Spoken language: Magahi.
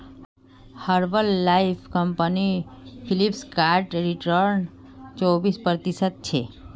herbal life company Flipkart return चोबीस प्रतिशतछे